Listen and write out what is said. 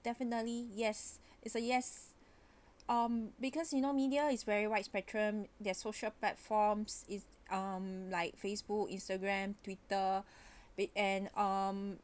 definitely yes it's a yes um because you know media is very wide spectrum their social platforms is um like facebook instagram twitter weekend um